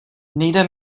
nejde